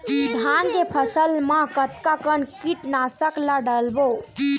धान के फसल मा कतका कन कीटनाशक ला डलबो?